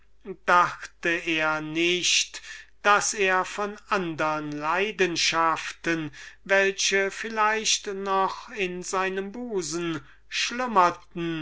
dachte er nicht daß er von andern leidenschaften welche vielleicht noch in seinem busen schlummerten